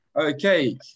Okay